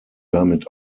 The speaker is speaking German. damit